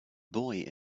boy